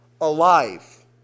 alive